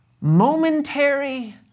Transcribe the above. momentary